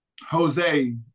Jose